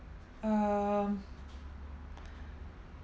um